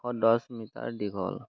এশ দহ মিটাৰ দীঘল